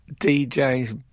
DJ's